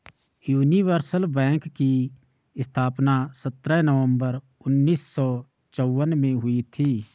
universal bank की स्थापना सत्रह नवंबर उन्नीस सौ चौवन में हुई थी